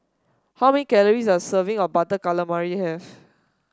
how many calories does a serving of Butter Calamari have